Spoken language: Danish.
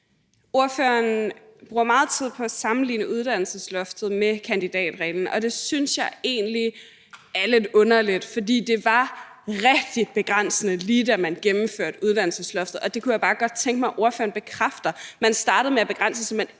Ordføreren bruger meget tid på at sammenligne uddannelsesloftet med kandidatreglen, og det synes jeg egentlig er lidt underligt. For det var rigtig begrænsende, lige da man gennemførte uddannelsesloftet, og det kunne jeg bare godt tænke mig at ordføreren bekræfter. Man startede med at begrænse det, så man